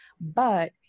but-